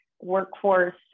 workforce